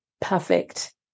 perfect